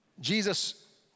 Jesus